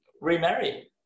remarry